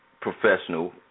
professional